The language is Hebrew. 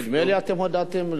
נדמה לי שאתם הודעתם,